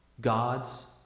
God's